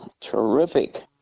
Terrific